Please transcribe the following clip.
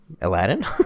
Aladdin